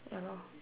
ya lor